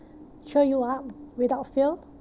cheer you up without fail